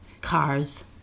Cars